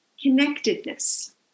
Connectedness